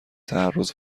تعرض